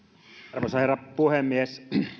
arvoisa herra puhemies